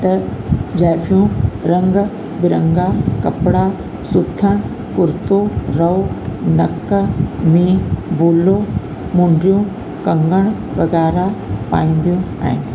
त जाइफ़ूं रंग बिरंगा कपिड़ा सुठा कुर्तो रओ नक में बुलो मुंडियूं कंगण वग़ैरह पाईंदियूं आहिनि